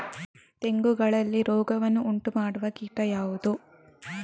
ತೆಂಗುಗಳಲ್ಲಿ ರೋಗವನ್ನು ಉಂಟುಮಾಡುವ ಕೀಟ ಯಾವುದು?